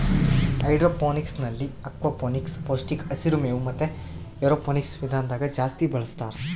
ಹೈಡ್ರೋಫೋನಿಕ್ಸ್ನಲ್ಲಿ ಅಕ್ವಾಫೋನಿಕ್ಸ್, ಪೌಷ್ಟಿಕ ಹಸಿರು ಮೇವು ಮತೆ ಏರೋಫೋನಿಕ್ಸ್ ವಿಧಾನದಾಗ ಜಾಸ್ತಿ ಬಳಸ್ತಾರ